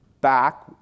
back